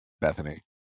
Bethany